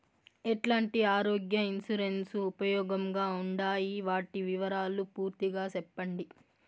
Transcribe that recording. ఎట్లాంటి ఆరోగ్య ఇన్సూరెన్సు ఉపయోగం గా ఉండాయి వాటి వివరాలు పూర్తిగా సెప్పండి?